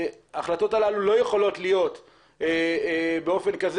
ההחלטות הללו לא יכולות להיות באופן כזה